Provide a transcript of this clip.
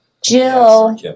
Jill